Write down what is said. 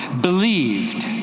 believed